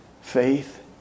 faith